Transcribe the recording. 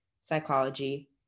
psychology